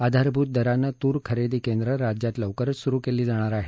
आधारभूत दरानं तूर खरेदी केंद्र राज्यात लवकरच सुरु केली जाणार आहेत